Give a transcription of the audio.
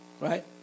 Right